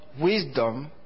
wisdom